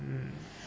mm